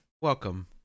welcome